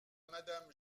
madame